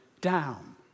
down